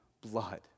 blood